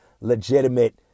legitimate